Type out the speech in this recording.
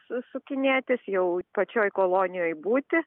su sukinėtis jau pačioj kolonijoj būti